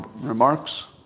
remarks